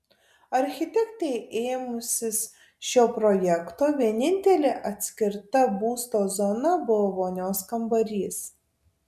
architektei ėmusis šio projekto vienintelė atskirta būsto zona buvo vonios kambarys